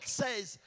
says